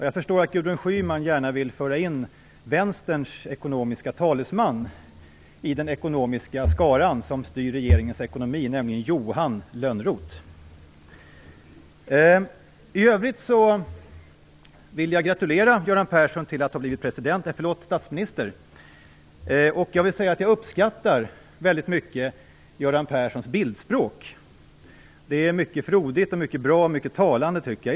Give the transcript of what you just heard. Jag förstår att Gudrun Schyman gärna vill föra in Vänsterns ekonomiska talesman i den ekonomiska skara som styr regeringens ekonomi, nämligen Johan Lönnroth. I övrigt vill jag gratulera Göran Persson till att ha blivit president - förlåt, statsminister. Jag vill säga att jag väldigt mycket uppskattar Göran Perssons bildspråk. Det är mycket frodigt, mycket bra och mycket talande, tycker jag.